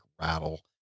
rattle